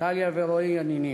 טליה ורועי הנינים,